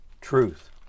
truth